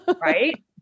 right